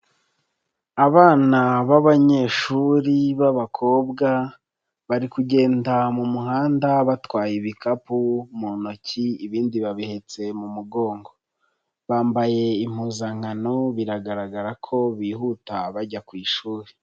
Abana b'abanyeshuri b'abakobwa bari kugenda mu muhanda batwaye ibikapu mu ntoki ibindi babihetse mu mugongo, bambaye impuzankano biragaragara ko bihuta bajya ku ishuri.